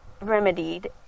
remedied